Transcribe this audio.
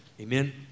Amen